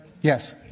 Yes